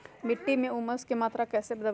मिट्टी में ऊमस की मात्रा कैसे बदाबे?